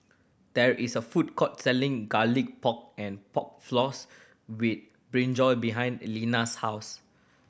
there is a food court selling Garlic Pork and Pork Floss with brinjal behind Lenna's house